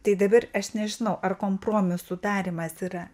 tai dabar aš nežinau ar kompromisų darymas yra